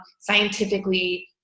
scientifically –